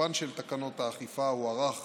תוקפן של תקנות האכיפה הוארך